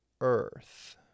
earth